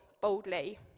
boldly